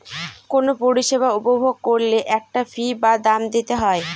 কোনো পরিষেবা উপভোগ করলে একটা ফী বা দাম দিতে হয়